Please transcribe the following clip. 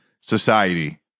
society